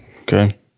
Okay